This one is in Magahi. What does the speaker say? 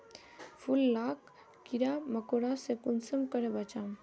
फूल लाक कीड़ा मकोड़ा से कुंसम करे बचाम?